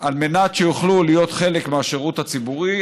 על מנת שיוכלו להיות חלק מהשירות הציבורי,